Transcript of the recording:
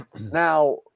Now